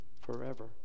forever